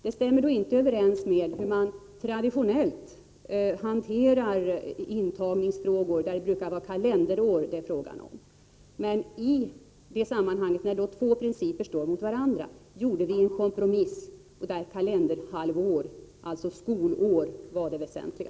Det stämmer inte överens med de traditionella reglerna för intagning, där det brukar vara fråga om kalenderår. Men när två principer stod mot varandra gjorde vi en kompromiss, där kalenderhalvår, dvs. skolår, var det mest väsentliga.